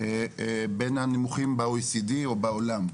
בין הנמוכים ב-OECD או בעולם,